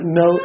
no